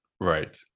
Right